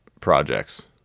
projects